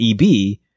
EB